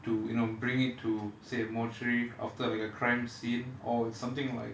to you know bring it to say a mortuary after like a crime scene or something like